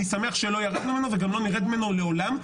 אני שמח שלא ירדנו ממנו וגם לא נרד ממנו לעולם.